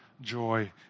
joy